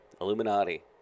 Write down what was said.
Illuminati